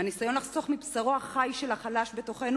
מהניסיון לחסוך מבשרו החי של החלש שבתוכנו.